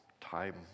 time